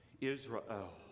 Israel